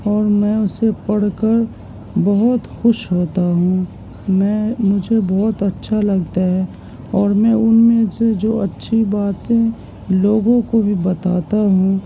اور میں اسے پڑھ کر بہت خوش ہوتا ہوں میں مجھے بہت اچھا لگتا ہے اور میں ان میں سے جو اچھی باتیں لوگوں کو بھی بتاتا ہوں